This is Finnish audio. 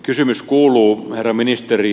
kysymys kuuluu herra ministeri